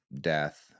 death